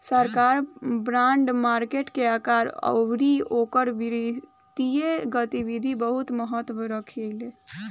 सरकार bond market के आकार अउरी ओकर वित्तीय गतिविधि बहुत महत्व रखेली